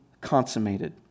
consummated